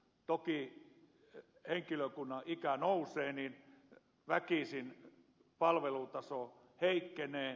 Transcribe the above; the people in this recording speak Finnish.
kun toki henkilökunnan ikä nousee niin väkisin palvelutaso heikkenee